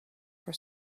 for